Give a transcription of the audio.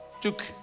took